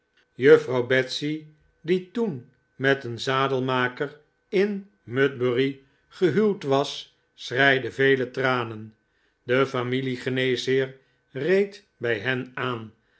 juffrouw betsy die toen met een zadelmaker in mudbury gehuwd was schreide vele tranen de familie geneesheer reed bij hen aan